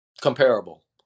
comparable